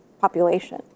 population